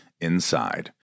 inside